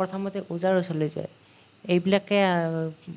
প্ৰথমতে ওজাৰ ওচৰলৈ যায় এইবিলাকে